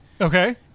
Okay